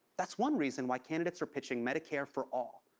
that's one reason why candidates are pitching medicare for all.